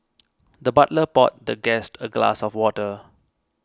the butler poured the guest a glass of water